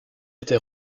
été